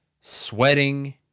sweating